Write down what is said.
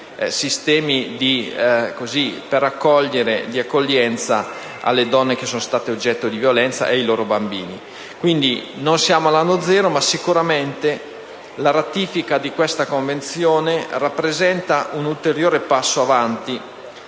sistemi di accoglienza per le donne oggetto di violenza e i loro bambini. Non siamo quindi all'anno zero, ma sicuramente la ratifica di questa Convenzione rappresenta un ulteriore passo avanti